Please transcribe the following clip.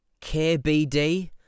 KBD